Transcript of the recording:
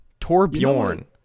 torbjorn